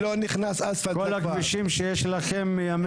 לא נכנסה אף טיפה.